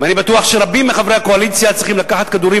ואני בטוח שרבים מחברי הקואליציה צריכים לקחת כדורים